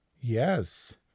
Yes